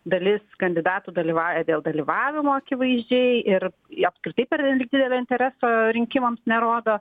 dalis kandidatų dalyvauja dėl dalyvavimo akivaizdžiai ir ir apskritai pernelyg didelio intereso rinkimams nerodo